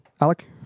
Alec